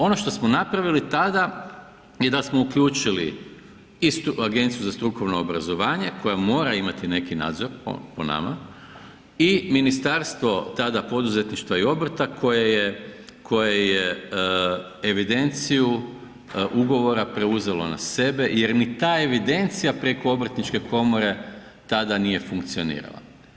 Ono što smo napravili tada je da smo uključili istu Agenciju za strukovno obrazovanje koja mora imati neki nadzor po nama i ministarstvo, tada poduzetništva i obrta koje je evidenciju ugovora preuzela na sebe jer ni ta evidencija preko obrtničke komore tada nije funkcionirala.